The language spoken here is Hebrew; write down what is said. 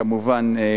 כמובן,